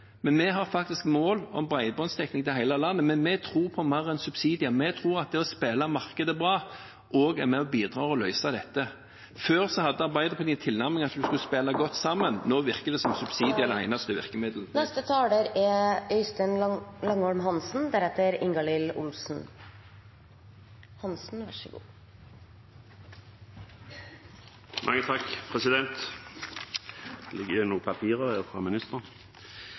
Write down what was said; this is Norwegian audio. Vi har faktisk mål om bredbåndsdekning til hele landet, men vi tror på mer enn subsidier, vi tror at det å spille markedet bra også bidrar til å løse dette. Før hadde Arbeiderpartiet den tilnærmingen at en skulle spille godt sammen; nå virker det som om subsidier er det eneste virkemiddelet. Jeg lurer på om ministeren har kastet øynene sine på noen som helst alternative budsjetter i den forrige regjeringsperioden. Det